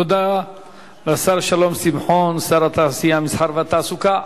תודה לשר שלום שמחון, שר התעשייה, המסחר והתעסוקה.